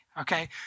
okay